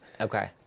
Okay